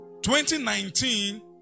2019